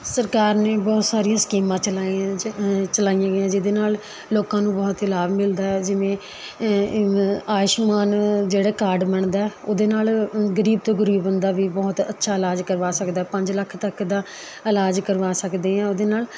ਸਰਕਾਰ ਨੇ ਬਹੁਤ ਸਾਰੀਆਂ ਸਕੀਮਾਂ ਚਲਾਈਆਂ ਚ ਚਲਾਈਆਂ ਗਈਆਂ ਜਿਹਦੇ ਨਾਲ਼ ਲੋਕਾਂ ਨੂੰ ਬਹੁਤ ਲਾਭ ਮਿਲਦਾ ਹੈ ਜਿਵੇਂ ਆਯੁਸ਼ਮਾਨ ਜਿਹੜਾ ਕਾਰਡ ਬਣਦਾ ਉਹਦੇ ਨਾਲ਼ ਗਰੀਬ ਤੋਂ ਗਰੀਬ ਬੰਦਾ ਵੀ ਬਹੁਤ ਅੱਛਾ ਇਲਾਜ ਕਰਵਾ ਸਕਦਾ ਪੰਜ ਲੱਖ ਤੱਕ ਦਾ ਇਲਾਜ ਕਰਵਾ ਸਕਦੇ ਆ ਉਹਦੇ ਨਾਲ਼